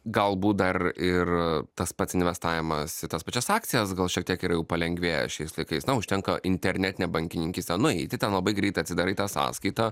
galbūt dar ir tas pats investavimas į tas pačias akcijas gal šiek tiek ir jau palengvėja šiais laikais na užtenka internetine bankininkyste nueiti ten labai greit atsidarai tą sąskaitą